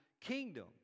kingdom